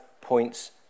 points